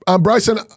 Bryson